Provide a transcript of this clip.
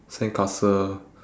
sandcastle